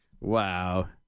Wow